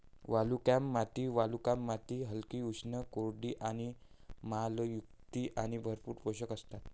वालुकामय माती वालुकामय माती हलकी, उष्ण, कोरडी आणि आम्लयुक्त आणि भरपूर पोषक असतात